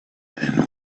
and